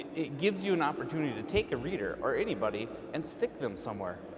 it gives you an opportunity to take a reader or anybody and stick them somewhere.